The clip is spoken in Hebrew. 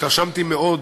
התרשמתי מאוד